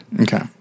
Okay